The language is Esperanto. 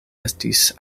estis